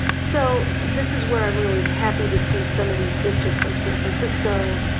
so this is where i'm really happy to see some of these districts like san francisco,